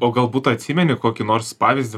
o galbūt atsimeni kokį nors pavyzdį